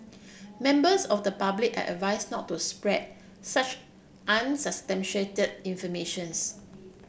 members of the public are advised not to spread such unsubstantiated informations